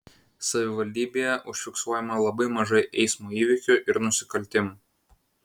savivaldybėje užfiksuojama labai mažai eismo įvykių ir nusikaltimų